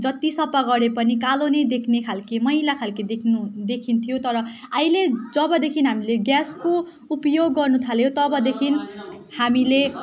जति सफा गरे पनि कालो नै देख्ने खालको मैला खालको देख्नु देखिन्थ्यो तर अहिले जबदेखि हामीले ग्यासको उपयोग गर्नुथाल्यो तबदेखि हामीले